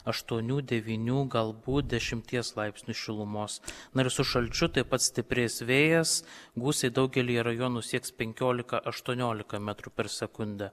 aštuonių devynių galbūt dešimties laipsnių šilumos na ir su šalčiu taip pat stiprės vėjas gūsiai daugelyje rajonų sieks penkiolika aštuoniolika metrų per sekundę